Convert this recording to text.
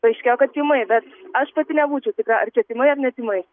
paaiškėjo kad tymai bet aš pati nebūčiau tikra ar čia tymai ar ne tymai